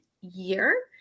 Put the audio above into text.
year